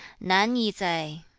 nan yi de,